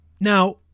now